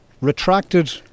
retracted